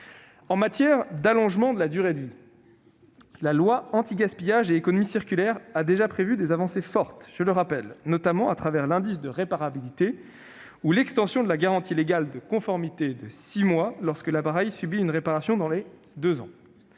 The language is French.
En matière d'allongement de la durée de vie, la loi anti-gaspillage pour une économie circulaire (AGEC) a déjà prévu des avancées fortes- je le rappelle -, notamment l'indice de réparabilité ou l'extension de la garantie légale de conformité de six mois lorsque l'appareil subit une réparation dans les deux ans.